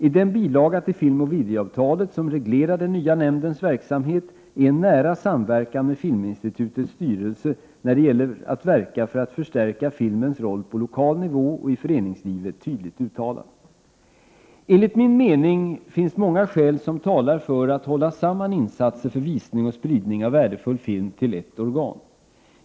I den bilaga till filmoch videoavtalet som reglerar den nya nämndens verksamhet är en nära samverkan med Filminstitutets styrelse, när det gäller att verka för att förstärka filmens roll på lokal nivå och i föreningslivet, tydligt uttalad. Enligt min mening finns många skäl som talar för att hålla samman insatser för visning och spridning av värdefull film till ett organ.